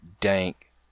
dank